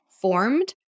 formed